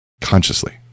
consciously